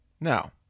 Now